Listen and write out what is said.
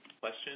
Question